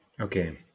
Okay